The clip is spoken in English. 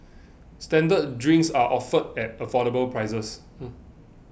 standard drinks are offered at affordable prices